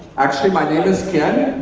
actually, my name is ken,